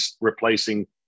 replacing